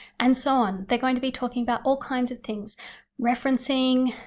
and so on. they're going to be talking about all kinds of things referencing,